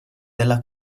della